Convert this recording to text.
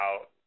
out